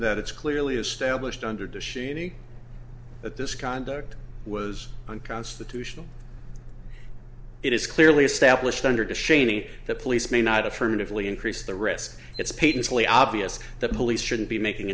that it's clearly established under the sheeny that this conduct was unconstitutional it is clearly established under the shany that police may not affirmatively increase the risk it's painfully obvious that police shouldn't be making